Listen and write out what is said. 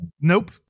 nope